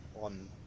on